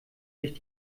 sich